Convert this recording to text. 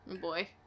boy